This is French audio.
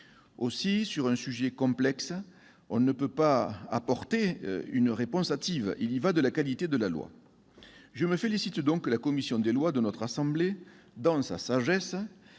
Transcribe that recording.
loi. Sur un sujet complexe, on ne peut pas apporter une réponse hâtive. Il y va de la qualité de la loi. Je me félicite donc que la commission des lois de notre assemblée, dans sa sagesse,